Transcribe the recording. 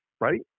right